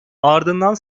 ardından